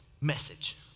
message